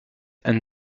and